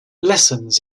lessons